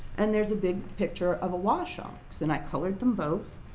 and there's a big picture of a awashonks. then i colored them both,